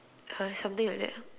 something like that lah